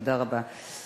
תודה רבה.